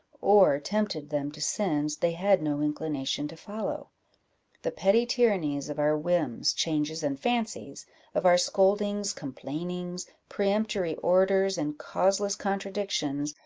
or tempted them to sins they had no inclination to follow the petty tyrannies of our whims, changes, and fancies of our scoldings, complainings, peremptory orders, and causeless contradictions,